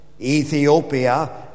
Ethiopia